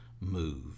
move